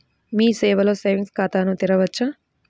మీ సేవలో సేవింగ్స్ ఖాతాను తెరవవచ్చా?